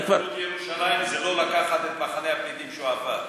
אחדות ירושלים זה לא לקחת את מחנה הפליטים שועפאט.